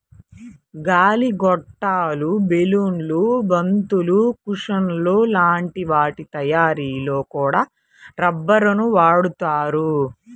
గాలి గొట్టాలు, బెలూన్లు, బంతులు, కుషన్ల లాంటి వాటి తయ్యారీలో కూడా రబ్బరునే వాడతారు